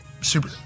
super